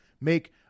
make